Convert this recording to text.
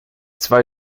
zwei